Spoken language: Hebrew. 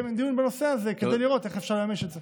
דיון בנושא הזה כדי לראות איך אפשר לממש את זה.